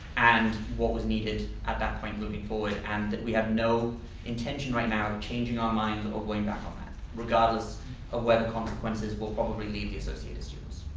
and what was needed at that point moving forward and that we have no intention right now of changing our minds or going back on that regardless of where the consequences will probably lead the associated students.